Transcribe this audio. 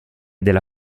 della